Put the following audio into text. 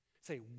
Say